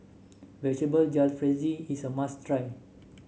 Vegetable Jalfrezi is a must try